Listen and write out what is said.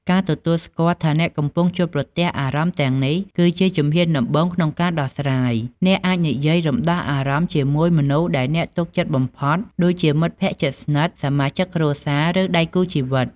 ការទទួលស្គាល់ថាអ្នកកំពុងជួបប្រទះអារម្មណ៍ទាំងនេះ គឺជាជំហានដំបូងក្នុងការដោះស្រាយ អ្នកអាចនិយាយរំដោះអារម្មណ៍ជាមួយមនុស្សដែលអ្នកទុកចិត្តបំផុត ដូចជាមិត្តភក្តិជិតស្និទ្ធ សមាជិកគ្រួសារ ឬដៃគូជីវិត។